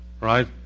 right